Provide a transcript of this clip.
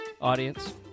audience